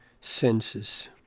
senses